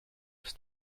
ist